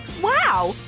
wow,